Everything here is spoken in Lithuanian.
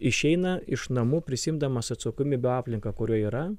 išeina iš namų prisiimdamas atsakomybių aplinką kurioj yra